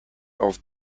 auf